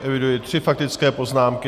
Eviduji tři faktické poznámky.